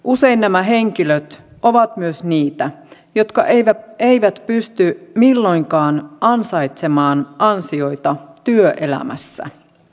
usein nämä henkilöt ovat myös niitä jotka eivät pysty milloinkaan ansaitsemaan ansioita työelämässä